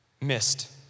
missed